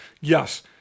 Yes